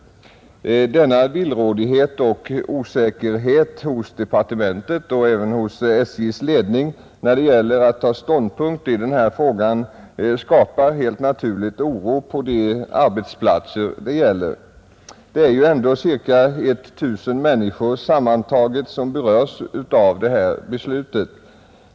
Denna villrådighet och osäkerhet hos departementet och även hos SJ:s ledning när det gäller att ta ståndpunkt i frågan skapar helt naturligt oro på de arbetsplatser det gäller. Det är ju ändå ca 1 000 människor sammantaget som berörs av beslutet.